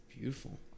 Beautiful